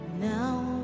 now